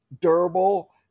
durable